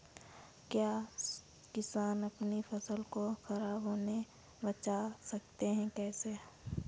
क्या किसान अपनी फसल को खराब होने बचा सकते हैं कैसे?